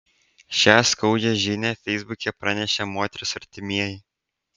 šią skaudžią žinią feisbuke pranešė moters artimieji